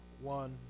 one